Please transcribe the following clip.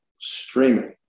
streaming